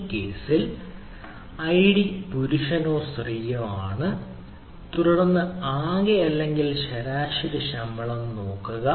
ഈ കേസിൽ ഐഡി പുരുഷനോ സ്ത്രീയോ ആണ് തുടർന്ന് ആകെ അല്ലെങ്കിൽ ശരാശരി ശമ്പളം നോക്കുക